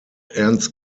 ernst